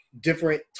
different